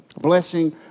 blessing